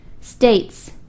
states